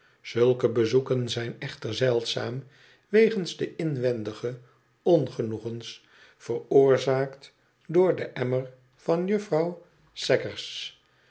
zulke bezoeken zijn echter zeldzaam wegens de inwendige ongenoegens veroorzaakt door den emmer van juffrouw saggers